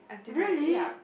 really